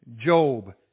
Job